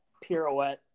pirouette